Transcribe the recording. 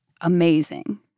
amazing